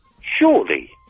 Surely